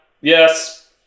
yes